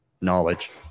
knowledge